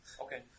Okay